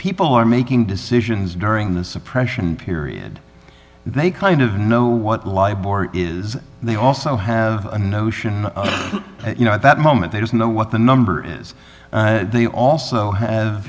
people are making decisions during the suppression period they kind of know what library is they also have a notion you know at that moment they don't know what the number is they also have